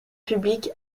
public